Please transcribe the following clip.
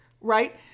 right